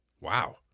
Wow